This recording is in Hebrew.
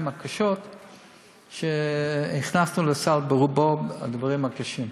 הקשות שהכנסנו לסל שברובו הדברים הקשים.